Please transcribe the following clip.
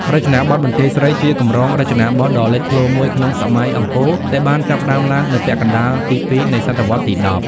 រចនាបថបន្ទាយស្រី ជាកម្រងរចនាបថដ៏លេចធ្លោមួយក្នុងសម័យអង្គរ ដែលបានចាប់ផ្ដើមឡើងនៅពាក់កណ្ដាលទី២ នៃសតវត្សរ៍ទី១០។